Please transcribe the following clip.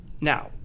Now